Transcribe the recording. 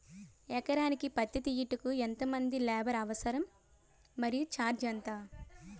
ఎకరానికి పత్తి తీయుటకు ఎంత మంది లేబర్ అవసరం? మరియు ఛార్జ్ ఎంత?